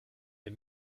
est